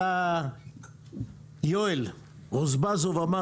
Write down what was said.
עלה יואל רזבוזוב ואמר,